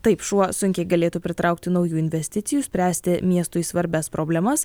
taip šuo sunkiai galėtų pritraukti naujų investicijų spręsti miestui svarbias problemas